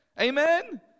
Amen